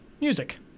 music